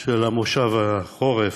של מושב החורף,